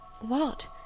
What